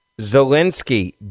Zelensky